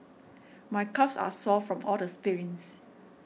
my calves are sore from all the sprints